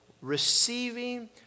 receiving